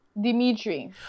Dimitri